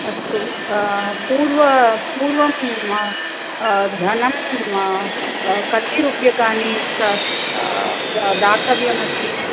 अस्तु पूर्व पूर्वं धनं कतिरूप्यकाणि दातव्यमस्ति